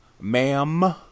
ma'am